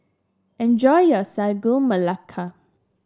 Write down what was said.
enjoy your Sagu Melaka